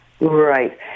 Right